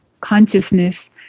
consciousness